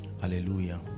Hallelujah